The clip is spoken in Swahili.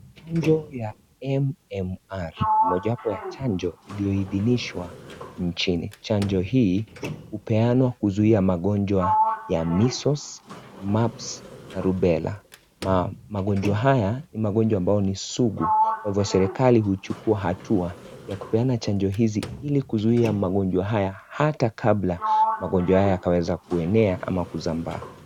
Chanjo ya MMR. Mojawapo ya chanjo ilioidhinishwa nchini. Chanjo hii upeanwa kuzuia magonjwa ya (cs) measles, mumps (cs), na rubela. Magonjwa haya ni magonjwa ambayo ni sugu kwa hivo serekali huchukua hatua ya kupeana chanjo hizi ili kuzuia magonjwa haya hata kabla magonjwa haya kaweza kuenea ama kuzambaa.